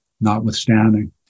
notwithstanding